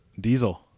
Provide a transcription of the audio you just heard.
Diesel